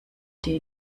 die